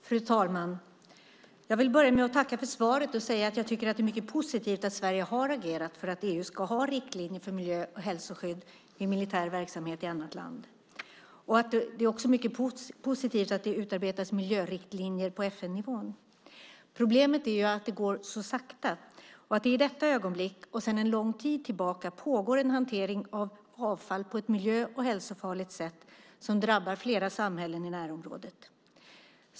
Fru talman! Jag vill börja med att tacka för svaret och säga att jag tycker att det är mycket positivt att Sverige har agerat för att EU ska ha riktlinjer för miljö och hälsoskydd vid militär verksamhet i annat land. Det är också mycket positivt att det utarbetas miljöriktlinjer på FN-nivån. Problemet är att det går så sakta och att det i detta ögonblick och sedan en lång tid tillbaka pågår en hantering av avfall på ett miljö och hälsofarligt sätt som drabbar flera samhällen i närområdet.